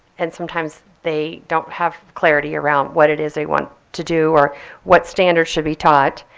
and sometimes they don't have clarity around what it is they want to do or what standards should be taught.